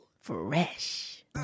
Fresh